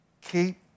keep